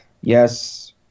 Yes